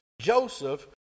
Joseph